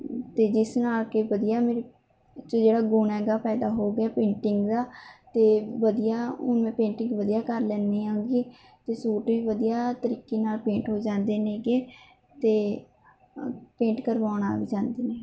ਅਤੇ ਜਿਸ ਨਾਲ ਕਿ ਵਧੀਆ ਮੇਰੇ 'ਚ ਜਿਹੜਾ ਗੁਣ ਹੈਗਾ ਪੈਦਾ ਹੋ ਗਿਆ ਪੇਂਟਿੰਗ ਦਾ ਅਤੇ ਵਧੀਆ ਉਵੇਂ ਪੇਂਟਿੰਗ ਵਧੀਆ ਕਰ ਲੈਂਦੀ ਹੈਗੀ ਅਤੇ ਸੂਟ ਵੀ ਵਧੀਆ ਤਰੀਕੇ ਨਾਲ ਪੇਂਟ ਹੋ ਜਾਂਦੇ ਹੈਗੇ ਅਤੇ ਪੇਂਟ ਕਰਵਾਉਣਾ ਵੀ ਚਾਹੁੰਦੇ ਨੇ